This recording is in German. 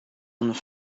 und